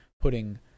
putting